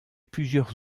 plusieurs